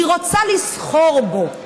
היא רוצה לסחור בו.